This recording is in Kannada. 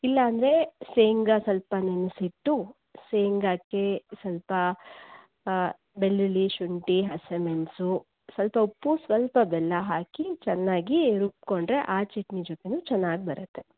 ಇಲ್ಲ ಅಂದರೆ ಶೇಂಗಾ ಸ್ವಲ್ಪ ನೆನೆಸಿಟ್ಟು ಶೇಂಗಾಕ್ಕೆ ಸ್ವಲ್ಪ ಬೆಳ್ಳುಳ್ಳಿ ಶುಂಠಿ ಹಸಿಮೆಣಸು ಸ್ವಲ್ಪ ಉಪ್ಪು ಸ್ವಲ್ಪ ಬೆಲ್ಲ ಹಾಕಿ ಚೆನ್ನಾಗಿ ರುಬ್ಬಿಕೊಂಡ್ರೆ ಆ ಚಟ್ನಿ ಜೊತೆನೂ ಚೆನ್ನಾಗಿ ಬರತ್ತೆ